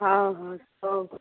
ହଉ ହଉ ହଉ